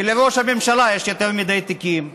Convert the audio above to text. כי לראש הממשלה יש יותר מדי תיקים.